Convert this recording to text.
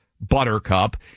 buttercup